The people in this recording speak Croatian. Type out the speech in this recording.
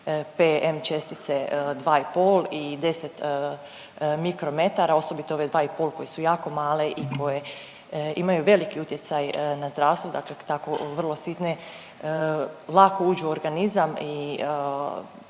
PM čestice 2,5 i 10 mikrometara, a osobito ove 2,5 koje su jako male i koje imaju veliki utjecaj na zdravstvo, dakle tako vrlo sitne lako uđu u organizam i